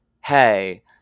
hey